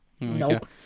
Nope